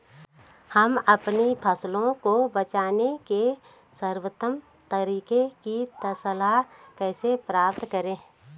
हम अपनी फसल को बचाने के सर्वोत्तम तरीके की सलाह कैसे प्राप्त करें?